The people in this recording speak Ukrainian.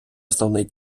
основний